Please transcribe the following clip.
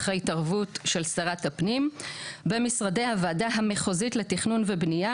זאת לאחר התערבותה של שרת הפנים במשרדי הוועדה המחוזית בתכנון ובנייה.